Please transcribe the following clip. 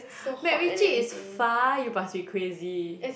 MacRitchie is far you must be crazy